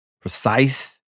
precise